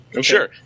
sure